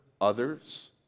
others